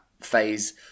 phase